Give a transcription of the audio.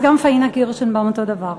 אז גם פאינה קירשנבאום אותו דבר.